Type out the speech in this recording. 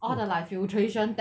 all the like filtration